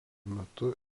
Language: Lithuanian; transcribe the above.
metu